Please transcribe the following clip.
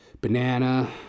banana